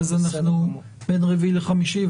בין רביעי לחמישי,